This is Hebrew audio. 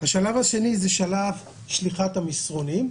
השלב השני הוא שלב שליחת המסרונים.